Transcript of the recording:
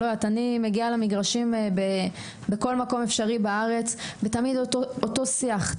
אני מגיעה למגרשים בכל מקום אפשרי בארץ ותמיד אותו שיח.